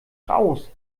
raus